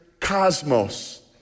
cosmos